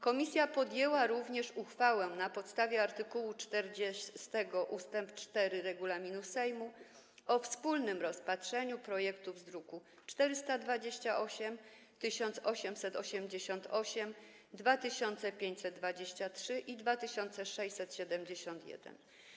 Komisja podjęła również uchwałę na podstawie art. 40 ust. 4 regulaminu Sejmu o wspólnym rozpatrzeniu projektów z druków nr 428, 1888, 2523 i 2671.